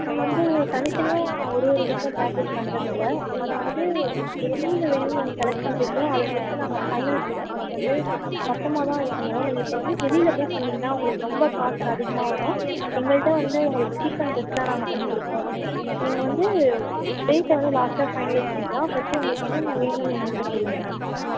நாங்கள் வந்து தனித்தனியாக ஒரு ஒரு டிஸ்ஸாக பாக்கெட் பண்ணுறது இல்லை நீங்கள் வந்து என்னென்ன வேணும்னு நீங்கள் செலக்ட் பண்ணுறீங்களோ அதை பொறுத்து நாங்கள் ஃபைனல் காஸ்ட் வந்து மொத்தமாகதான் இது பண்ணுவோம் நீங்கள் இப்போ வந்து வெளியில போய் பண்ணிங்கன்னா உங்களுக்கு ரொம்ப காஸ்ட் அதிகமாக வரும் எங்கள்கிட்ட வந்து உங்களுக்கு சீப் அண்ட் பெஸ்ட்டாக நாங்கள் பண்ணிக்கொடுப்போம் நீங்கள் வந்து ப்ரைஸ்ச வந்து லாஸ்ட்டாக ஃபைனலிஸ்ட் பண்ணிக்கலாம் ஃபர்ஸ்ட்டு உங்களுக்கு என்னென்ன வேணும்னு எங்கள்கிட்ட சொல்லுங்கள்